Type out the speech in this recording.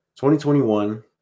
2021